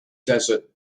desert